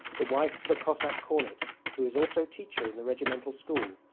the wife of the cossack cornet who is also teacher in the regimental school,